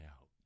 out